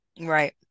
Right